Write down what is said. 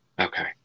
okay